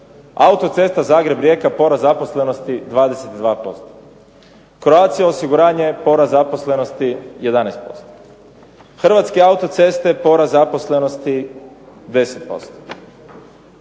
Autocesta Zagreb-Rijeka porast zaposlenosti 22%, Croatia osiguranje porast zaposlenosti 11%, Hrvatske autoceste porast zaposlenosti 10%,